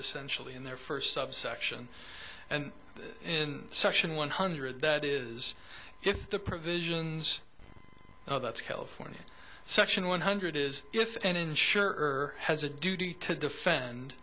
essentially in their first subsection and in section one hundred that is if the provisions that's california section one hundred is if and insure has a duty to defend